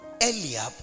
Eliab